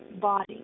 body